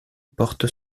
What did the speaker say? porte